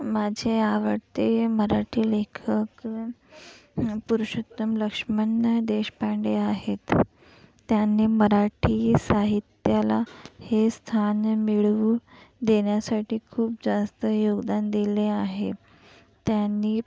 माझे आवडते मराठी लेखक पुरुषोत्तम लक्ष्मण देशपांडे आहेत त्यांनी मराठी साहित्याला हे स्थान मिळवून देण्यासाठी खूप जास्त योगदान दिले आहे त्यांनी